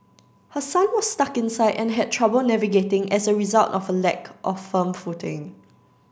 her son was stuck inside and had trouble navigating as a result of a lack of firm footing